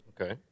Okay